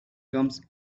comes